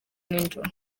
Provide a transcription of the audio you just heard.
ijoro